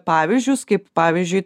pavyzdžius kaip pavyzdžiui